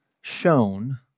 shown